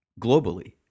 globally